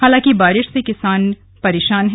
हालांकि बारिश से किसान परेशान हैं